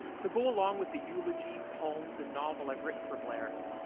to go along with the eulogy poems and novel i've written for blair,